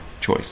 choice